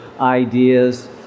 ideas